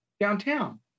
downtown